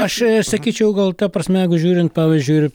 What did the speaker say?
aš sakyčiau gal ta prasme jeigu žiūrint pavyzdžiui ir